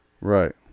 Right